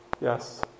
Yes